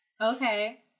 Okay